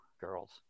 girls